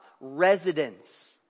residence